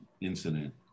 incident